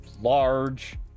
large